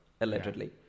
allegedly